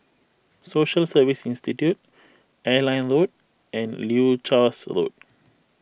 Social Service Institute Airline Road and Leuchars Road